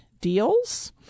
deals